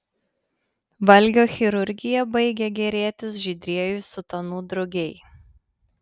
valgio chirurgija baigė gėrėtis žydrieji sutanų drugiai